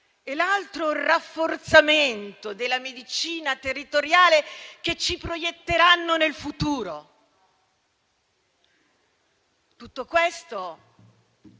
e l'altro sul rafforzamento della medicina territoriale, che ci proietteranno nel futuro. Tutto questo